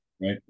right